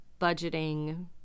budgeting